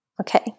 Okay